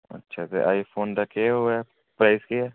अच्छा ते आईफोन दा केह् ओह् ऐ प्राइस केह् ऐ